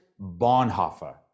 Bonhoeffer